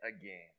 again